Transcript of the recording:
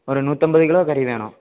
ஒரு நூற்றம்பது கிலோ கறி வேணும்